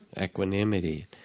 equanimity